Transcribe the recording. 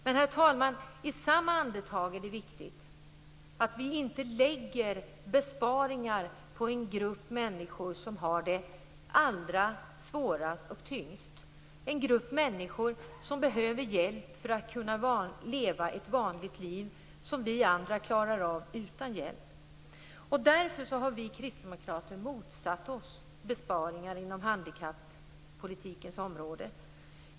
Men i samma andetag är det viktigt att säga att vi inte skall lägga besparingar på den grupp människor som har det allra svårast och tyngst. Det är en grupp människor som behöver hjälp för att kunna leva ett vanligt liv, som vi andra klarar av utan hjälp. Därför har vi kristdemokrater motsatt oss besparingar inom handikappolitikens område.